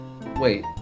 Wait